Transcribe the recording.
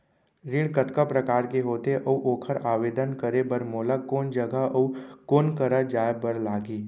ऋण कतका प्रकार के होथे अऊ ओखर आवेदन करे बर मोला कोन जगह अऊ कोन करा जाए बर लागही?